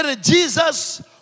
Jesus